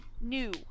new